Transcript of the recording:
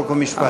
חוק ומשפט.